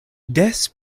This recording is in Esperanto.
des